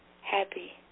happy